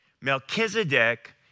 Melchizedek